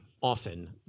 often